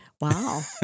Wow